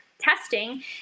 testing